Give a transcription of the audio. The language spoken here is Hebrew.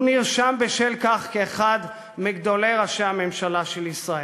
הוא נרשם בשל כך כאחד מגדולי ראשי הממשלה של ישראל.